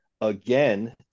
Again